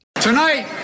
Tonight